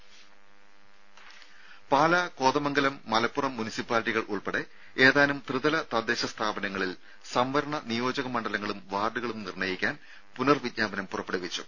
രമേ പാല കോതമംഗലം മലപ്പുറം മുനിസിപ്പാലിറ്റികൾ ഉൾപ്പെടെ ഏതാനും ത്രിതല തദ്ദേശ സ്ഥാപനങ്ങളിൽ സംവരണ നിയോജക മണ്ഡലങ്ങളും വാർഡുകളും നിർണ്ണയിക്കാൻ പുനർ വിജ്ഞാപനം പുറപ്പെടുവിച്ചു